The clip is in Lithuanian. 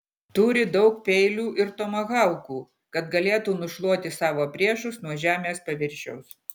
turi daug peilių ir tomahaukų kad galėtų nušluoti savo priešus nuo žemės paviršiaus